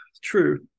true